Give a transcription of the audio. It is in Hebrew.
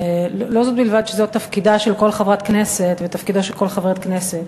לא זו בלבד שזה תפקידה של כל חברת כנסת ותפקידו של כל חבר כנסת,